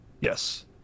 Yes